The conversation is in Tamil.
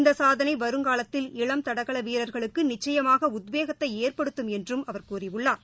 இந்தசாதனைவருங்காலத்தில் இளம் தடகளவீரர்களுக்குநிச்சயமாகஉத்வேகத்தைஏற்படுத்தும் என்றுஅவர் கூறியுள்ளார்